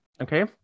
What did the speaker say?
Okay